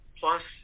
plus